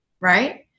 right